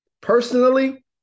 personally